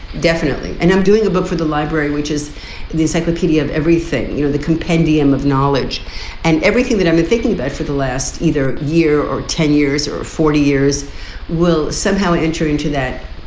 definitely. and i'm doing a book for the library, which is the encyclopedia of every. you know, the compendium of knowledge and everything that i've been thinking about for the last either year or ten years or forty years will somehow enter into that.